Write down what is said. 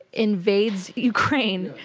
invades ukraine,